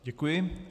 Děkuji.